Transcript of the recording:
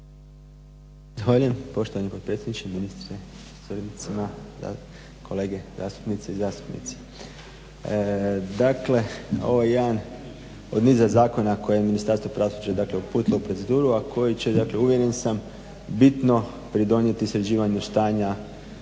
Zahvaljujem. Poštovani potpredsjedniče, ministre sa suradnicima, kolegice i kolege zastupnici. Dakle ovo je jedan od niza zakona koje je Ministarstvo pravosuđa uputilo u proceduru, a koje će uvjeren sam bitno pridonijeti sređivanju stanja